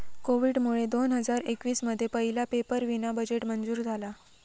कोविडमुळे दोन हजार एकवीस मध्ये पहिला पेपरावीना बजेट मंजूर झाला